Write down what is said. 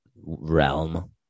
realm